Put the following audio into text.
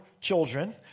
children